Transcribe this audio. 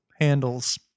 handles